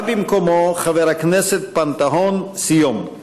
בא במקומו חבר הכנסת פנתהון סיום.